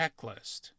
checklist